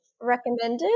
recommended